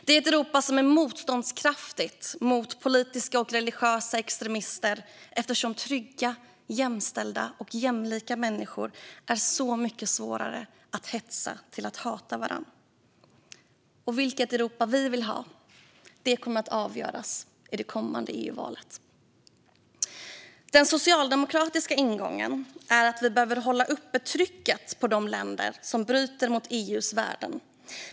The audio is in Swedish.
Det är ett Europa som är motståndskraftigt mot politiska och religiösa extremister, eftersom trygga, jämställda och jämlika människor är så mycket svårare att hetsa till att hata varandra. Vilket Europa vi vill ha kommer att avgöras i det kommande EU-valet. Den socialdemokratiska ingången är att vi behöver hålla trycket uppe på de länder som bryter mot EU:s värden.